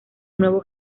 nuevo